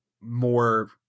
more